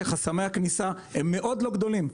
שחסמי הכניסה מאוד לא גדולים?